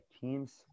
teams